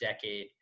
decade